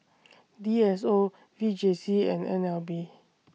D S O V J C and N L B